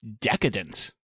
decadent